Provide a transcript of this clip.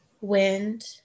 wind